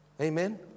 Amen